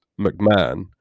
McMahon